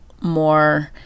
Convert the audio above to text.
more